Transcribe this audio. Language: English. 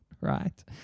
right